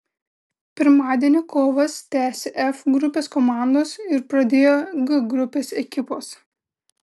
pirmadienį kovas tęsė f grupės komandos ir pradėjo g grupės ekipos